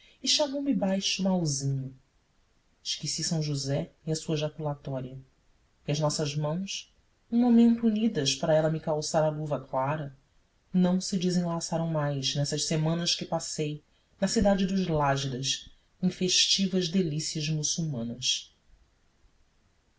e chamou-me baixo mauzinho esqueci são josé e a sua jaculatória e as nossas mãos um momento unidas para ela me calçar a luva clara não se desenlaçaram mais nessas semanas que passei na cidade dos lágidas em festivas delícias muçulmanas